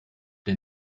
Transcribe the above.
der